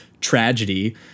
tragedy –